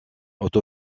auto